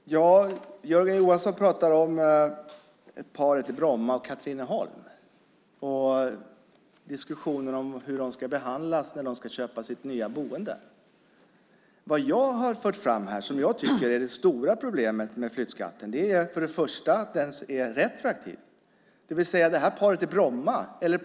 Fru talman! Jörgen Johansson pratar om paret i Bromma och Katrineholm och diskussionen om hur de ska behandlas när de ska köpa ett nytt boende. Det stora problemet med flyttskatten är för det första att den är retroaktiv, och det är det jag har fört fram här.